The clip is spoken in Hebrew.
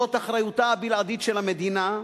זאת אחריותה הבלעדית של המדינה,